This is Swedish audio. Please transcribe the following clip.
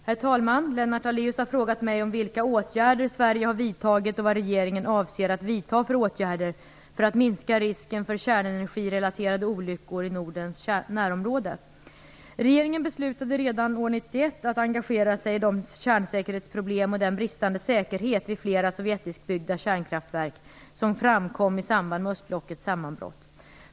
Herr talman! Lennart Daléus har frågat mig om vilka åtgärder Sverige har vidtagit och vad regeringen avser att vidta för åtgärder för att minska risken för kärnenergirelaterade olyckor i Nordens närområde. Regeringen beslutade redan år 1991 att engagera sig i de kärnsäkerhetsproblem och den bristande säkerhet vid flera sovjetiskbyggda kärnkraftverk som framkom i samband med östblockets sammanbrott.